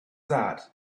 that